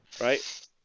right